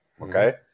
Okay